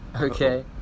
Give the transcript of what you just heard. Okay